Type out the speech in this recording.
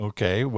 Okay